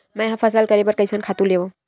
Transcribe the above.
मैं ह फसल करे बर कइसन खातु लेवां?